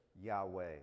Yahweh